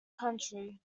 county